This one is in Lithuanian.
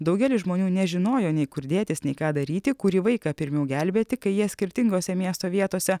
daugelis žmonių nežinojo nei kur dėtis nei ką daryti kurį vaiką pirmiau gelbėti kai jie skirtingose miesto vietose